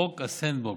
חוק ה-sandbox,